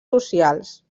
socials